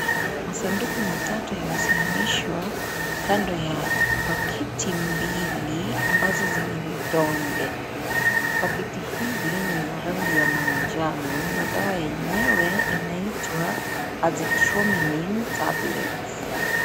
Masanduku matatu yamesimamishwa kando ya pakiti mbili ambazo zina vidonge. Pakiti hizi ni za rangi ya manjano na dawa yenyewe inaitwa Azithromycin Tablets